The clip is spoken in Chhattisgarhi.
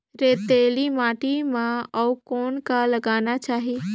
रेतीली माटी म अउ कौन का लगाना चाही?